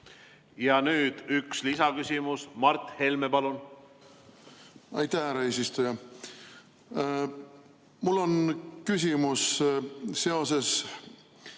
Nüüd üks lisaküsimus. Mart Helme, palun! Aitäh, härra eesistuja! Mul on küsimus seoses